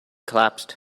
collapsed